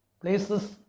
places